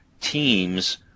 teams